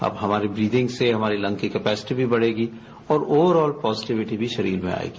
आप हमारे ब्रीदिंग से हमारे लग की कैपेसिटी भी बढेगी और ओवरऑल पॉजिटिविटी भी हमारे शरीर में आएगी